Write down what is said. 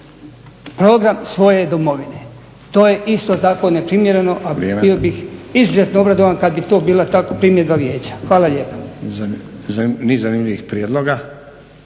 program svoje domovine. To je isto tako neprimjereno, a bio bih izuzetno obradovan kada bi to bila primjedba Vijeća. Hvala lijepa.